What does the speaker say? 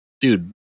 dude